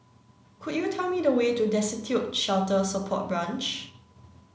could you tell me the way to Destitute Shelter Support Branch